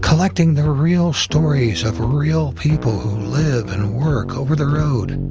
collecting the real stories of real people who live and work over the road.